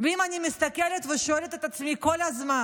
ואם אני מסתכלת ושואלת את עצמי כל הזמן,